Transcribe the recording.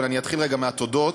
אבל אתחיל רגע מהתודות,